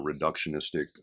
reductionistic